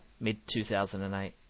Mid-2008